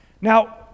Now